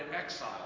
exile